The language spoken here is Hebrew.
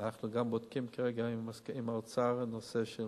אנחנו גם בודקים כרגע עם האוצר נושא של